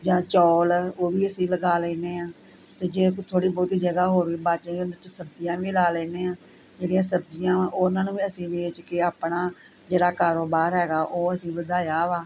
ਜਾਂ ਚੌਲ ਉਹ ਵੀ ਅਸੀਂ ਲਗਾ ਲੈਂਦੇ ਹਾਂ ਅਤੇ ਜੇ ਕੋਈ ਥੋੜ੍ਹੀ ਬਹੁਤੀ ਜਗ੍ਹਾ ਹੋਵੇ ਬਚ ਜਾਏ ਵਿੱਚ ਸਬਜ਼ੀਆਂ ਵੀ ਲਾ ਲੈਂਦੇ ਹਾਂ ਜਿਹੜੀਆਂ ਸਬਜ਼ੀਆਂ ਵਾ ਉਨ੍ਹਾਂ ਨੂੰ ਵੀ ਅਸੀਂ ਵੇਚ ਕੇ ਆਪਣਾ ਜਿਹੜਾ ਕਾਰੋਬਾਰ ਹੈਗਾ ਉਹ ਅਸੀਂ ਵਧਾਇਆ ਵਾ